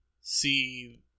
See